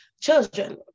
children